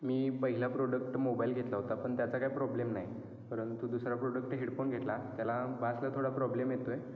मी पहिला product mobile घेतला होता पण त्याचा काय प्रॉब्लेम नाही परंतु दुसरा प्रोडक्ट हेडफोन घेतला त्याला बासला थोडा प्रॉब्लेम येतो आहे